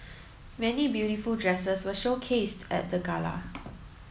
many beautiful dresses were showcased at the gala